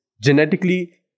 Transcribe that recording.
genetically